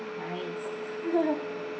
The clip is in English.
nice